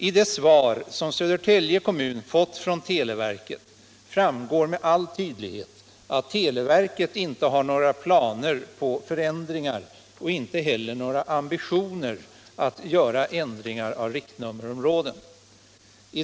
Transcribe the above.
I det svar som Södertälje kommun fått från televerket framgår med all tydlighet att televerket inte har några planer på förändringar och inte heller några ambitioner att göra ändringar av riktnummerområden.